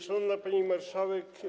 Szanowna Pani Marszałek!